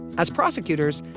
as prosecutors,